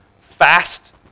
Fast